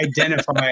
identify